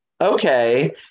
okay